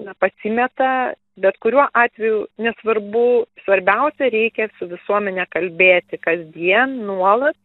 na pasimeta bet kuriuo atveju nesvarbu svarbiausia reikia su visuomene kalbėti kasdien nuolat